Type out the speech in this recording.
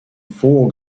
full